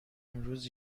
امروز